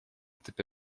typy